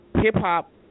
Hip-hop